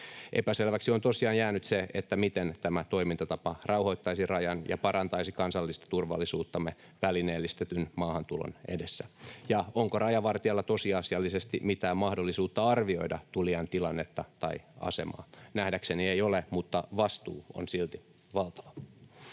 Epäselväksi on tosiaan jäänyt se, miten tämä toimintatapa rauhoittaisi rajan ja parantaisi kansallista turvallisuuttamme välineellistetyn maahantulon edessä. Ja onko rajavartijalla tosiasiallisesti mitään mahdollisuutta arvioida tulijan tilannetta tai asemaa? Nähdäkseni ei ole, mutta vastuu on silti valtava.